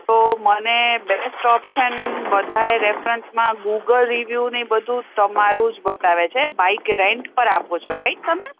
તો મને best option બધાએ રેફરન્સમાં ગૂગલ રિવ્યૂ ને એ બધું તમારું જ બતાવે છે બાઇક રેન્ટ પર આપો છો રાઇટ તમે